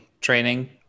training